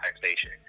taxation